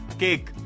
cake